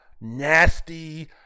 nasty